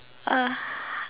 uh